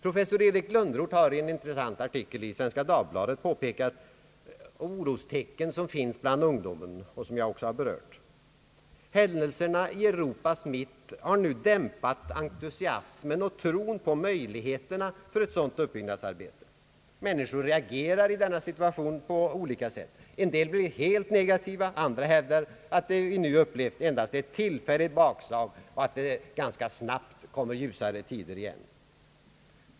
Professor Erik Lönnroth har i en intressant artikel i Svenska Dagbladet påpekat orostecken bland ungdomen, som jag också har berört. Händelserna i Europas mitt har nu dämpat entusiasmen och tron på möjligheterna till ett uppbyggnadsarbete. Människor reagerar i denna situation på olika sätt. En del blir helt negativa, andra hävdar att det vi nu upplevt endast är ett tillfälligt bakslag och att det snart kommer ljusare tider igen.